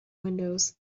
windows